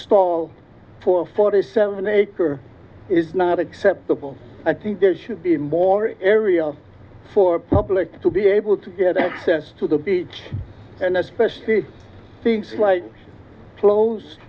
stall for forty seven acre is not acceptable i think there should be more area for public to be able to get access to the beach and especially things like close